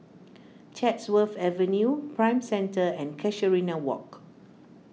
Chatsworth Avenue Prime Centre and Casuarina Walk